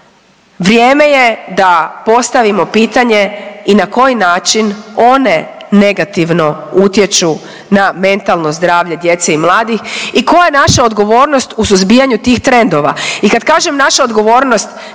vrijeme je da postavimo pitanje i na koji način one negativno utječu na mentalno zdravlje djece i mladih i koja je naša odgovornost u suzbijanju tih trendova? I kad kažem naša odgovornost